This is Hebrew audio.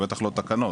בטח לא תקנות.